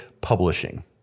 publishing